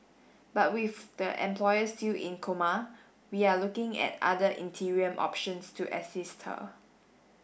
but with the employer still in coma we are looking at other interim options to assist her